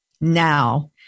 now